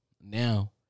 now